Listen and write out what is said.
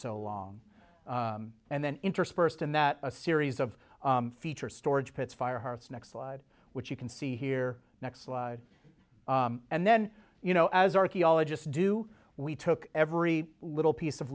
so long and then interspersed in that a series of feature storage pits fairhurst next slide which you can see here next slide and then you know as archaeologists do we took every little piece of